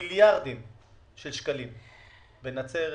מיליארדים של שקלים בנצרת,